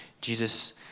Jesus